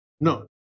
No